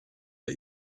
der